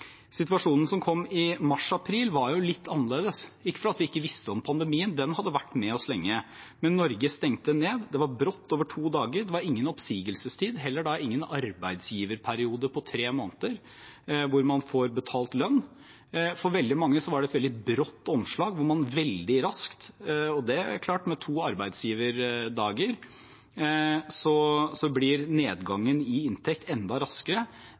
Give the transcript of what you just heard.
Situasjonen som kom i mars/april, var litt annerledes. Det var ikke fordi vi ikke visste om pandemien, den hadde vært med oss lenge, men fordi Norge stengte ned. Det var brått, over to dager. Det var ingen oppsigelsestid og heller ingen arbeidsgiverperiode på tre måneder hvor man får betalt lønn. For veldig mange var det et veldig brått omslag. Det er klart at med to arbeidsgiverdager blir nedgangen i inntekt enda raskere.